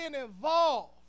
involved